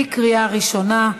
בקריאה ראשונה.